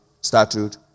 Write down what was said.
statute